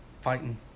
fighting